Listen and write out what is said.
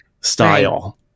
style